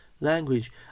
language